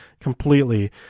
completely